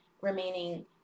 remaining